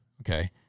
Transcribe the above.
Okay